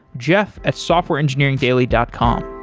jeff at softwareengineeringdaily dot com